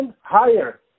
higher